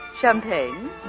Champagne